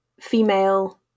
female